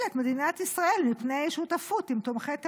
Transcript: את מדינת ישראל מפני שותפות עם תומכי טרור.